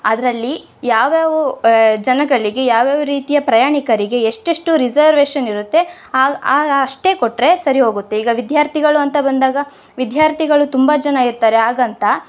ಅದರಲ್ಲಿ ಯಾವ್ಯಾವ ಜನಗಳಿಗೆ ಯಾವ್ಯಾವ ರೀತಿಯ ಪ್ರಯಾಣಿಕರಿಗೆ ಎಷ್ಟೆಷ್ಟು ರಿಸರ್ವೇಶನ್ ಇರುತ್ತೆ ಅಷ್ಟೇ ಕೊಟ್ಟರೆ ಸರಿ ಹೋಗುತ್ತೆ ಈಗ ವಿದ್ಯಾರ್ಥಿಗಳು ಅಂತ ಬಂದಾಗ ವಿದ್ಯಾರ್ಥಿಗಳು ತುಂಬ ಜನ ಇರ್ತಾರೆ ಹಾಗಂತ